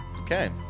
okay